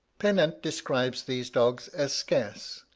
pennant describes these dogs as scarce,